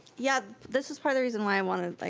yeah, this is part of reason why i wanted like